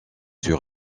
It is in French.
sur